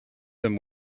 them